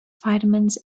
vitamins